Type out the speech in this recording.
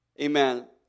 amen